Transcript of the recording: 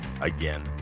Again